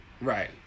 Right